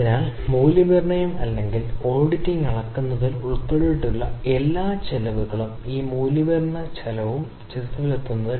അതിനാൽ പ്രകടന അളവുകൾ ഒരു രീതിയിൽ ആസൂത്രണം ചെയ്യുക അങ്ങനെ ശേഷി അല്ലെങ്കിൽ പരിധിക്കുള്ളിൽ ഉൽപ്പന്നത്തിന്റെ അളവുകൾ എവിടെയോ സ്ഥിതിചെയ്യുന്നു